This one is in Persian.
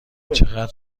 چقدر